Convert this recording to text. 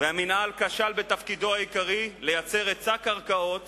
שהמינהל כשל בתפקידו העיקרי, לייצר היצע קרקעות